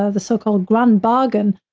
ah the so called grand bargain,